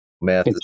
Math